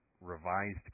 revised